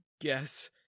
guess